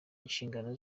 inshingano